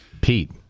Pete